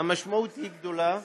והמשמעות היא גדולה.